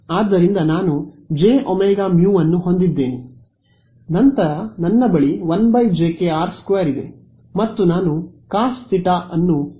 ಆದ್ದರಿಂದ ನಾನು jωμ ಅನ್ನು ಹೊಂದಿದ್ದೇನೆ ನಂತರ ನನ್ನ ಬಳಿ 1 ೨ ಇದೆ ಮತ್ತು ನಾನು ಕಾಸ್ ತೀಟಾ ಅನ್ನು rˆ ದಿಕ್ಕಿನಲ್ಲಿ ಹೊಂದಿದ್ದೇನೆ